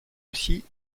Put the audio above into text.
aussi